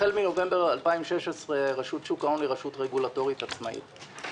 החל מנובמבר 2016 רשות שוק ההון היא רשות רגולטורית עצמאית.